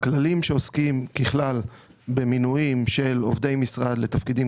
הכללים שעוסקים ככלל במינויים של עובדי משרד לתפקידים